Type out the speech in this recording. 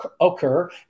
occur